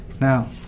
Now